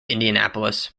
indianapolis